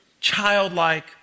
childlike